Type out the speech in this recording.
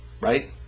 Right